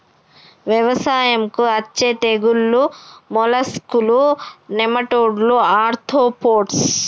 వ్యవసాయంకు అచ్చే తెగుల్లు మోలస్కులు, నెమటోడ్లు, ఆర్తోపోడ్స్